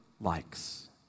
likes